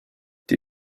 die